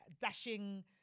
dashing